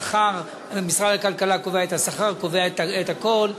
משרד הכלכלה קובע את השכר, קובע את הכול,